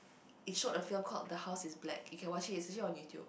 it showed a film called the house is black you can watch it it's usually on YouTube